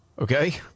Okay